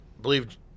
believe